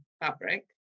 fabric